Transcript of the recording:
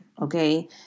Okay